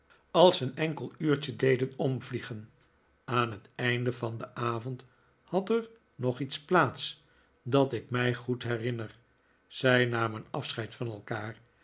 als een enkel uurtje deden omvliegen aan het einde van den avond had er nog iets plaats dat ik mij goed herinner zij namen afscheid van elkaar